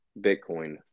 Bitcoin